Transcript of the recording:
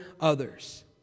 others